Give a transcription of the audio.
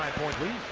nine-point lead.